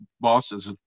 bosses